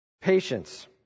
Patience